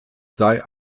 sei